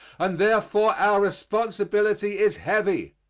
and therefore our responsibility is heavy,